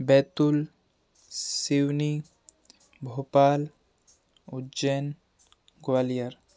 Betul Seoni Bhopal Ujjain Gwalior